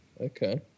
okay